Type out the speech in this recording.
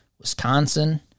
wisconsin